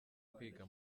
kwiga